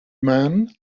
man